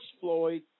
Floyd